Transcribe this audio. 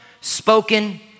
spoken